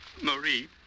Marie